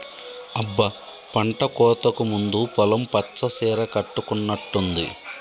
అబ్బ పంటకోతకు ముందు పొలం పచ్చ సీర కట్టుకున్నట్టుంది